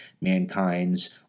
mankind's